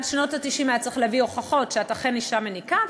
ועד שנות ה-90 היה צריך להביא הוכחות שאת אכן אישה מניקה.